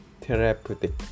therapeutic